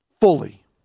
Fully